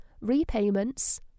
repayments